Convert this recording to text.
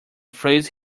phrase